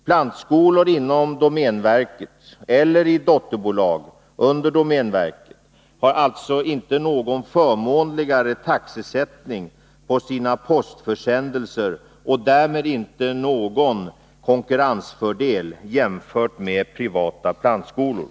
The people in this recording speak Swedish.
Plantskolor inom domänverket eller i dotterbolag under domänverket har alltså inte någon förmånligare taxesättning på sina postförsändelser och därmed inte någon konkurrensfördel jämfört med privata plantskolor.